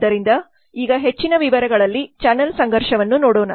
ಆದ್ದರಿಂದ ಈಗ ಹೆಚ್ಚಿನ ವಿವರಗಳಲ್ಲಿ ಚಾನಲ್ ಸಂಘರ್ಷವನ್ನು ನೋಡೋಣ